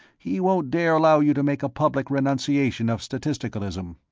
he won't dare allow you to make a public renunciation of statisticalism.